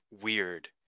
weird